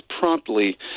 promptly